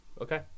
Okay